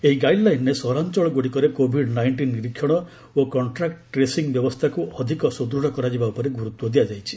ଏହି ଗାଇଡ୍ ଲାଇନ୍ରେ ସହରାଞ୍ଚଳଗୁଡ଼ିକରେ କୋଭିଡ୍ ନାଇଷ୍ଟିନ୍ ନିରୀକ୍ଷଣ ଓ କଣ୍ଟାକୁ ଟ୍ରେସିଂ ବ୍ୟବସ୍ଥାକୁ ଅଧିକ ସୁଦୃଢ଼ କରାଯିବା ଉପରେ ଗୁରୁତ୍ୱ ଦିଆଯାଇଛି